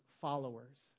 followers